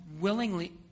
willingly